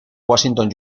washington